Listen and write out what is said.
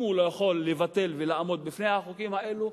אם הוא לא יכול לבטל ולעמוד בפני החוקים האלה,